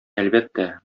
әлбәттә